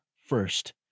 First